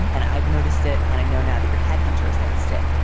and i've noticed it. and i know now that you're head hunters noticed it.